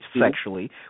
sexually